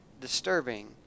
disturbing